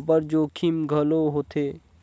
अब्बड़ जोखिम घलो होथे